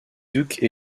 duke